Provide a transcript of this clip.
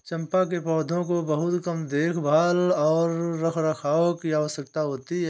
चम्पा के पौधों को बहुत कम देखभाल और रखरखाव की आवश्यकता होती है